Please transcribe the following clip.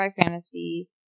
fantasy